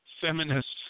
Feminists